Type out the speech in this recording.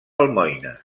almoines